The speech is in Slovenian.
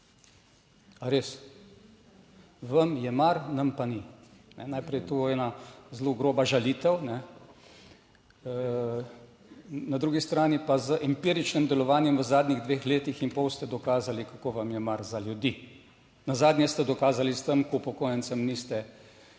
A res, vam je mar, nam pa ni. Najprej je to ena zelo groba žalitev. Na drugi strani pa z empiričnim delovanjem v zadnjih dveh letih in pol ste dokazali kako vam je mar za ljudi, nazadnje ste dokazali s tem, ko upokojencem niste dali